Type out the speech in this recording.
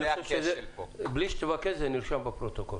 אני חושב שגם בלי שתבקש, זה נרשם בפרוטוקול.